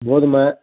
கோதுமை